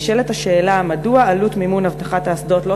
נשאלת השאלה מדוע עלות מימון אבטחת האסדות לא